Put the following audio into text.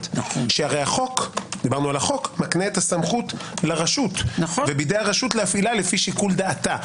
שהרי החוק מקנה את הסמכות לרשות ובידי הרשות להפעילה לפי שיקול דעתה.